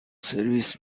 سرویس